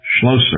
Schlosser